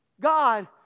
God